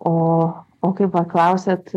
o o kai paklausėt